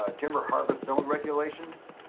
ah timber harvest zone regulations?